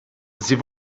sie